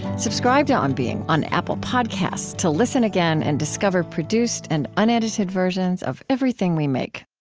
subscribe to on being on apple podcasts to listen again and discover produced and unedited versions of everything we make